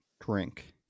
drink